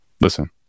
listen